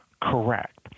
correct